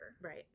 Right